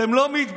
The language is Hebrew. אתם לא מתביישים?